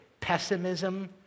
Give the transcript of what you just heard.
pessimism